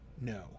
no